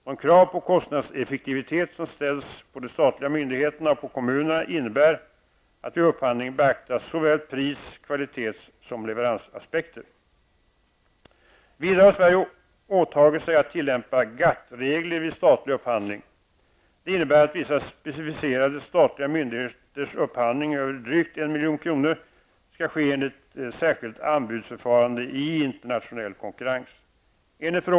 De krav på kostnadseffektivitet som ställs på de statliga myndigheterna och på kommunerna innebär att vid upphandling beaktas såväl pris-, kvalitets som leveransaspekter. Vidare har Sverige åtagit sig att tillämpa GATT regler vid statlig upphandling. Det innebär att vissa specificerade statliga myndigheters upphandling över drygt 1 milj.kr. skall ske enligt särskilt anbudsförfarande i internationell konkurrens.